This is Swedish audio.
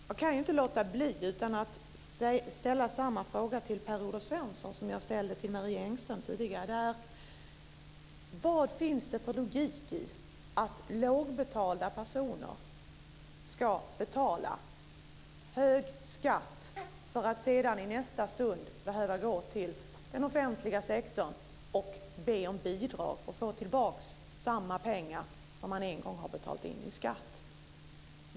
Jag kan inte låta bli att ställa samma fråga till Per-Olof Svensson som jag ställde till Marie Engström tidigare: Vad finns det för logik i att lågbetalda personer ska betala hög skatt för att i nästa stund behöva gå till den offentliga sektorn och be om bidrag och få tillbaka samma pengar som man en gång har betalat in i skatt?